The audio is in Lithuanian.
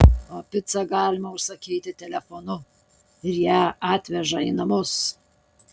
o picą galima užsakyti telefonu ir ją atveža į namus